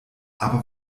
aber